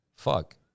fuck